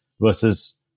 versus